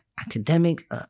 academic